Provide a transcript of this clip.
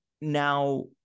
Now